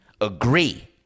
agree